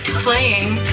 Playing